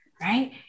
right